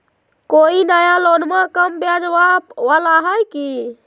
कोइ नया लोनमा कम ब्याजवा वाला हय की?